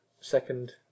second